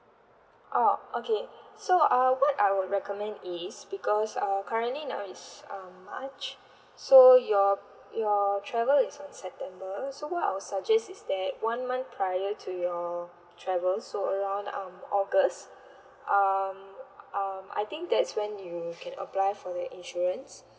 oh okay so uh what I would recommend is because uh currently now is uh march so your your travel is on september so what I will suggest is that one month prior to your travel so around um august um um I think that's when you can apply for the insurance